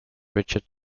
richard